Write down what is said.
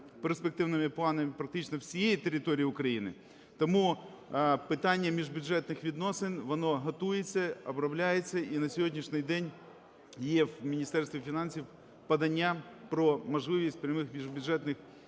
перспективними планами практично всієї території України. Тому питання міжбюджетних відносин воно готується, обробляється. І на сьогоднішній день є в Міністерстві фінансів подання про можливість прямих міжбюджетних